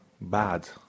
bad